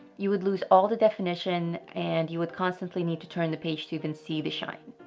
you would lose all the definition and you would constantly need to turn the page to even see the shine.